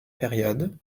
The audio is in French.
période